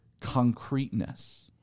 concreteness